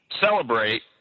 celebrate